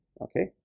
okay